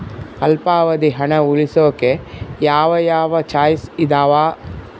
ಅಲ್ಪಾವಧಿ ಹಣ ಉಳಿಸೋಕೆ ಯಾವ ಯಾವ ಚಾಯ್ಸ್ ಇದಾವ?